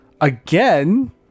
Again